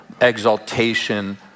exaltation